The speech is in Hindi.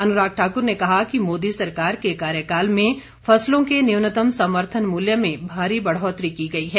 अनुराग ठाकुर ने कहा कि मोदी सरकार के कार्यकाल में फसलों के न्यूनतम समर्थन मूल्य में भारी बढ़ौतरी की गई है